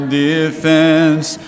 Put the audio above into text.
defense